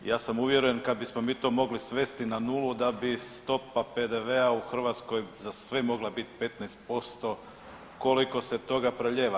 Ja sam uvjeren kad bismo mi to mogli svesti na nulu da bi stopa PDV-a u Hrvatskoj za sve mogla bit 15% koliko se toga proljeva.